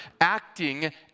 acting